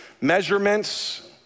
measurements